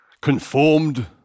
conformed